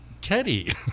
Teddy